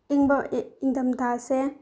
ꯏꯪꯕ ꯏꯪꯊꯝ ꯊꯥꯁꯦ